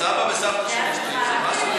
סבא וסבתא של אשתי מסעוד,